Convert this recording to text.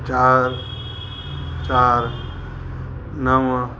चार चार नव